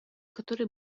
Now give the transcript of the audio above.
которые